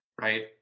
right